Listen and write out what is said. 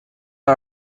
are